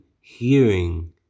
hearing